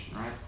right